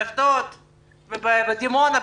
באשדוד ובדימונה,